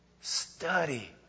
Study